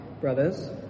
brothers